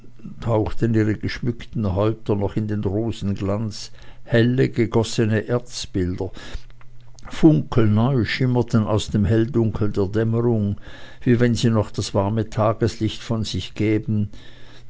tauchten ihre geschmückten häupter noch in den rosenglanz helle gegossene erzbilder funkelneu schimmerten aus dem helldunkel der dämmerung wie wenn sie noch das warme tageslicht von sich gäben